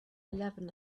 eleven